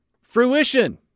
fruition